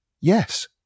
Yes